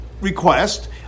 request